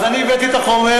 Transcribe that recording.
אז אני הבאתי את החומר,